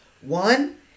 One